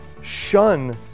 shun